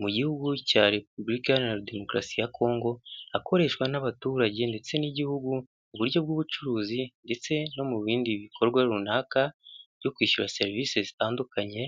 mu gihugu cya Repubulika Iharanira Demokarasi ya Kongo, akoreshwa n'abaturage ndetse n'igihugu mu buryo bw'ubucuruzi ndetse no mu bindi bikorwa runaka byo kwishyura serivisi zitandukanye.